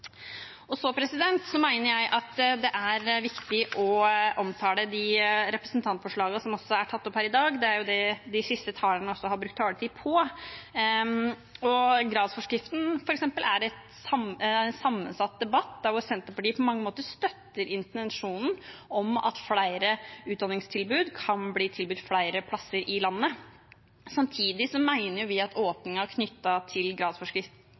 Så mener jeg det er viktig å omtale de representantforslagene som er tatt opp her i dag, og det er jo også det de siste talerne har brukt taletid på. Debatten om gradsforskriften, f.eks., er en sammensatt debatt, der Senterpartiet på mange måter støtter intensjonen om at flere utdanninger kan bli tilbudt flere plasser i landet. Samtidig mener vi at åpningen knyttet til gradsforskriften